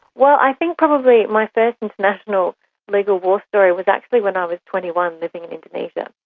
well, i think probably my first international legal war story was actually when i was twenty one, living in indonesia,